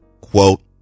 quote